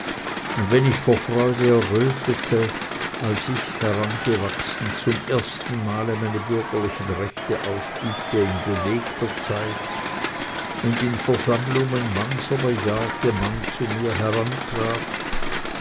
und wenn ich vor freude errötete als ich herangewachsen zum ersten male meine bürgerlichen rechte ausübte in bewegter zeit und in versammlungen mancher bejahrte mann zu mir herantrat